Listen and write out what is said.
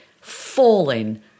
falling